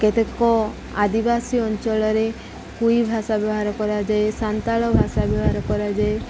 କେତେକ ଆଦିବାସୀ ଅଞ୍ଚଳରେ ଭାଷା ବ୍ୟବହାର କରାଯାଏ ସାନ୍ତାଳ ଭାଷା ବ୍ୟବହାର କରାଯାଏ